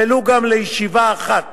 ולו גם לישיבה אחת